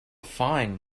fine